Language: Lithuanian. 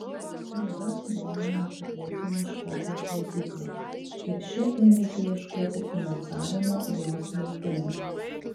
knyga sudomino nepriklausomą škotijos leidyklą ir ši ėmėsi ieškoti finansavimo jos vertimui